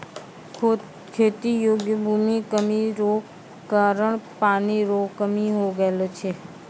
खेती योग्य भूमि कमी रो कारण पानी रो कमी हो गेलौ छै